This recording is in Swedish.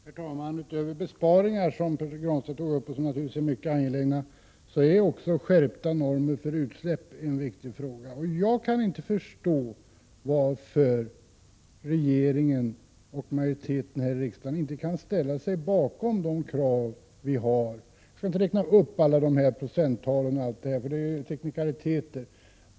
Herr talman! Utöver besparingar, som Pär Granstedt tog upp och som är en mycket angelägen fråga, är också skärpta normer för utsläpp mycket viktiga. Jag kan inte förstå varför inte regeringen och majoriteten här i riksdagen kan ställa sig bakom de krav vi har. Jag skall inte räkna upp alla procenttal, eftersom det är teknikaliteter.